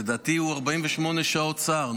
לדעתי הוא 48 שעות שר,